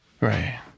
Right